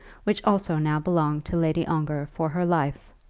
which also now belonged to lady ongar for her life,